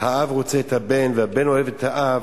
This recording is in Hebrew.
האב רוצה את הבן והבן אוהב את האב.